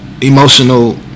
emotional